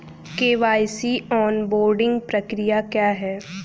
KYC onboarding प्रक्रिया क्या है?